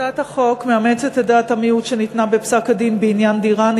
הצעת החוק מאמצת את דעת המיעוט שניתנה בפסק-הדין בעניין דיראני,